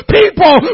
people